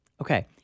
Okay